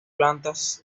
plantas